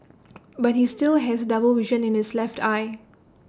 but he still has double vision in his left eye